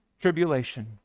tribulation